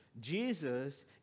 Jesus